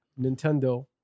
Nintendo